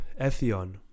Ethion